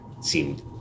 seemed